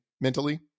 mentally